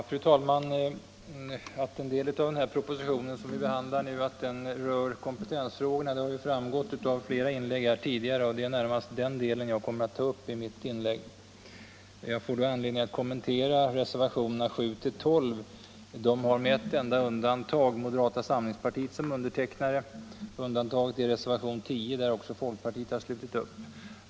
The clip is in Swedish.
Fru talman! Att en del av den proposition som vi nu behandlar rör kompetensfrågorna har framgått av flera tidigare inlägg. Det är närmast den delen jag kommer att ta upp i mitt anförande. Jag får då anledning att kommentera reservationerna 7-12. De har med ett enda undantag moderata samlingspartiets ledamöter som undertecknare. Undantaget är reservationen 10, där också folkpartiet har slutit upp.